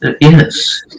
yes